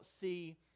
see